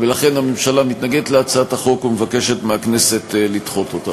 ולכן הממשלה מתנגדת להצעת החוק ומבקשת מהכנסת לדחות אותה.